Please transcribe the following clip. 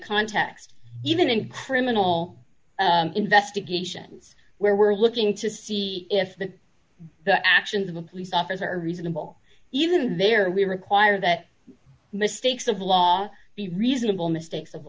context even in criminal investigations where we're looking to see if the the actions of the police officer reasonable even there we require that mistakes of law be reasonable mistakes of